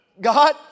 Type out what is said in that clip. God